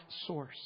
source